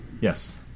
yes